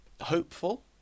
hopeful